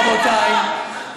רבותיי,